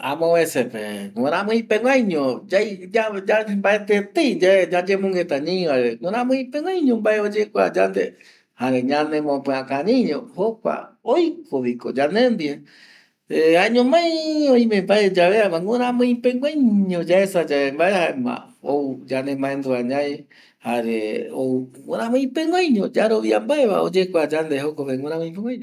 Amovecepe guïramɨipeguaiño mbaetɨ etei yae yayemongueta ñaiyae guɨramɨipeguaiño mbae oyekua yande jare ñanemopɨakañɨiño jokua oikoviko yande ndie, jaeñomai oime mbae yave jaema guɨramɨipeguaiño yaesa yave mbae jaema ou yande maendua ñai ou guɨiramɨipeguaiño oyakua yande jokope guɨiramɨipeguaiño